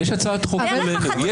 יש הצעת חוק עומדת.